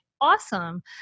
awesome